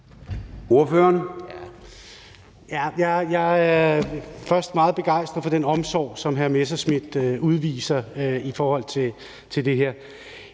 sige, at jeg er meget begejstret for den omsorg, som hr. Morten Messerschmidt udviser i forhold til det her.